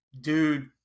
Dude